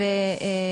אולי זה נותן פתרון.